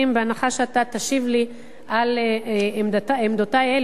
בהנחה שאתה תשיב לי על עמדותי אלו,